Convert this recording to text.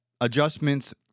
adjustments